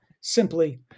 simply